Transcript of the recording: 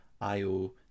IO